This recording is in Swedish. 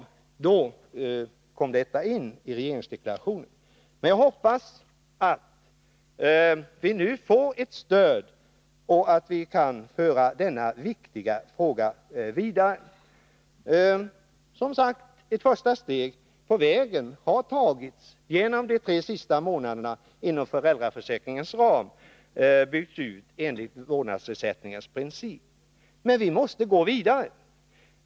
Då kom detta in i regeringsdeklarationen. Jag hoppas att vi nu får ett sådant stöd att vi kan föra denna viktiga fråga vidare. Som sagt: Ett första steg på vägen har tagits genom att de tre sista månaderna inom föräldraförsäkringens ram byggts ut enligt vårdnadsersättningens princip. Men vi måste gå vidare.